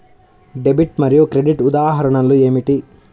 Debit మరియు credit ఉదాహరణలు ఏమిటీ?